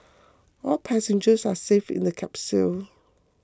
all passengers are safe in the capsule